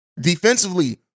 defensively